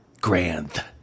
grand